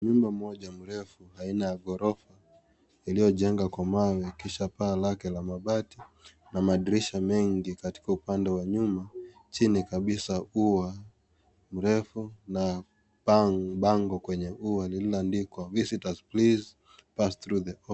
Nyumba moja mrefu aina ya gorofa iliyojengwa na mbao na kisha paa lake la mabati na madirisha mengi katika upande wa nyuma chini kabisa ua mrefu na bango kwenye ua lililoandikwa visitors please pass through the .